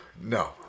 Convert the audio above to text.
No